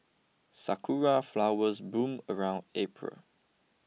sakura flowers bloom around April